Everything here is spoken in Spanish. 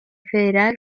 federal